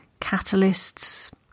catalysts